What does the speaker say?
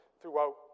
throughout